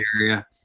area